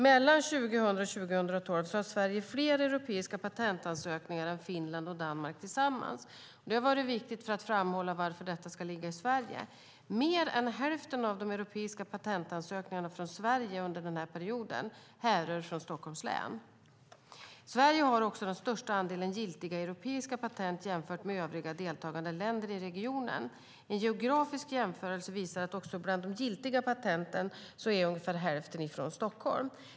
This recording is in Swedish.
Mellan 2000 och 2012 har Sverige haft fler europeiska patentansökningar än Finland och Danmark tillsammans. Det har varit viktigt för att framhålla varför detta ska ligga i Sverige. Mer än hälften av de europeiska patentansökningarna från Sverige under denna period härrör från Stockholms län. Sverige har också den största andelen giltiga europeiska patent jämfört med övriga deltagande länder i regionen. En geografisk jämförelse visar att också bland de giltiga patenten är ungefär hälften från Stockholm.